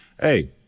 Hey